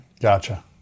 Gotcha